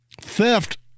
Theft